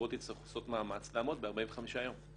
החברות יצטרכו לעשות מאמץ לעמוד ב-45 יום.